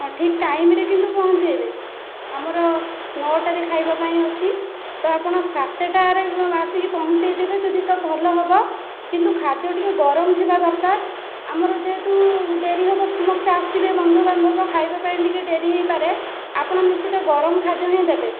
ହଁ ଠିକ ଟାଇମରେ କିନ୍ତୁ ପହଞ୍ଚାଇବେ ଆମର ନଅଟାରେ ଖାଇବା ପାଇଁ ଅଛି ତ ଆପଣ ସାତଟାରେ ଆସିକି ପହଞ୍ଚାଇ ଦେବେ ଯଦି ତ ଭଲ ହେବ କିନ୍ତୁ ଖାଦ୍ୟ ଟିକେ ଗରମ ଥିବା ଦରକାର ଆମର ଯେହେତୁ ଡେରି ହେବ ସମସ୍ତେ ଆସିବେ ବନ୍ଧୁବାନ୍ଧବ ଖାଇବା ପାଇଁ ଟିକେ ଡେରି ହୋଇପାରେ ଆପଣ ନିଶ୍ଚିନ୍ତ ଗରମ ଖାଦ୍ୟ ହିଁ ଦେବେ